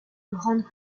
grande